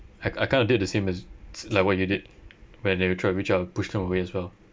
I I kind of did the same as like what you did when they were trying to reach out I pushed them away as well